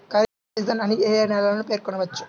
Kharif season అని ఏ ఏ నెలలను పేర్కొనవచ్చు?